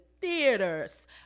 theaters